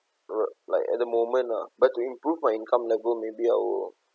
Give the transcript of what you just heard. uh like at the moment lah but to improve my income level maybe I will